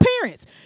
parents